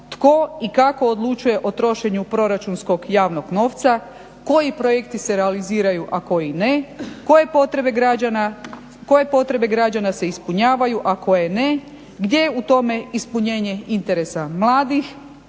tko i kako odlučuje o trošenju proračunskog javnog novca, koji projekti se realiziraju, a koji ne, koje potrebe građana se ispunjavaju a koje ne, gdje je u tome ispunjenje interesa mladih.